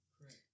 Correct